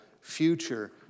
future